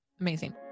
Amazing